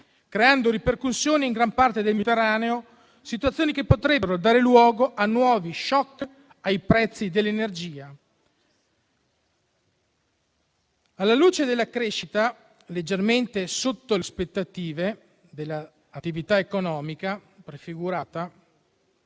crea ripercussioni in gran parte del Mediterraneo. Sono situazioni che potrebbero dare luogo a nuovi *shock* ai prezzi dell'energia. Alla luce della crescita leggermente al di sotto delle aspettative dell'attività economica prefigurata